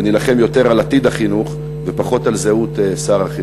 ונילחם יותר על עתיד החינוך ופחות על זהות שר החינוך.